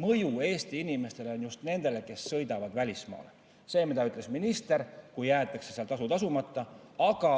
mõju Eestis on just nendele, kes sõidavad välismaale, see, mida ütles minister, kui jäetakse seal tasu tasumata. Aga